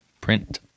Print